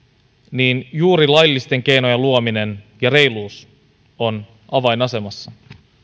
niin juuri laillisten keinojen luominen ja reiluus ovat avainasemassa